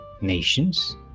nations